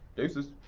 deuces.